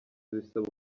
bisaba